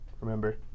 Remember